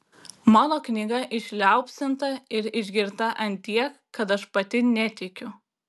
mano knyga išliaupsinta ir išgirta ant tiek kad aš pati netikiu